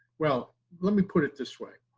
well let me put it this way,